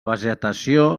vegetació